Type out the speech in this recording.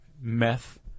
meth